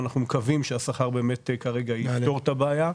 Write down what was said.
ואנחנו מקוויים שהשכר כרגע יפתור את הבעיה.